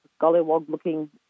gollywog-looking